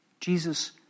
Jesus